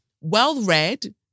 well-read